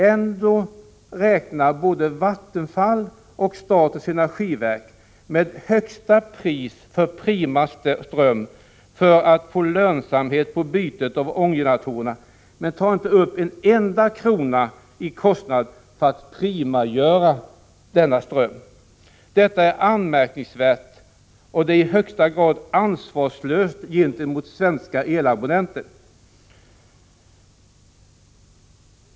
Ändå räknar både Vattenfall och statens energiverk med högsta pris för primaström för att få lönsamhet på bytet av ånggeneratorerna, men de tar inte upp en enda krona i kostnad för att ”primagöra” denna ström. Detta är anmärkningsvärt, och det är i högsta grad ansvarslöst gentemot de svenska elabonnenterna.